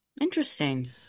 Interesting